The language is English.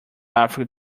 africa